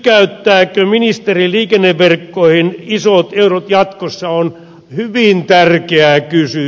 jytkäyttääkö ministeri liikenneverkkoihin isot eurot jatkossa se on hyvin tärkeä kysymys